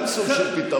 גם זה סוג של פתרון,